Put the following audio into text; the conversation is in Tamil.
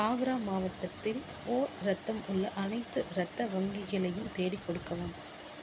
ஆக்ரா மாவட்டத்தில் ஓ இரத்தம் உள்ள அனைத்து இரத்த வங்கிகளையும் தேடிக்கொடுக்கவும்